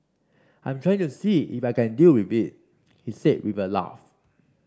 I'm trying to see if I can deal with it he said with a laugh